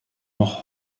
noch